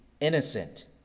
innocent